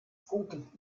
funkelt